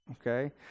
Okay